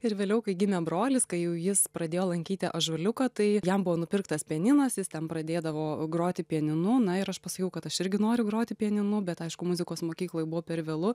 ir vėliau kai gimė brolis kai jau jis pradėjo lankyti ąžuoliuką tai jam buvo nupirktas pianinas jis ten pradėdavo groti pianinu na ir aš pasakiau kad aš irgi noriu groti pianinu bet aišku muzikos mokyklai buvo per vėlu